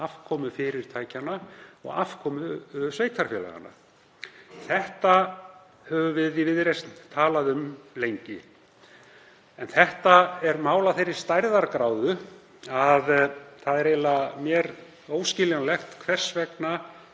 afkomu fyrirtækjanna og afkomu sveitarfélaganna. Þetta höfum við í Viðreisn talað um lengi, en þetta er mál af þeirri stærðargráðu að það er mér eiginlega óskiljanlegt hvers vegna